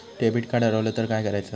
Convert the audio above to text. Debit card हरवल तर काय करायच?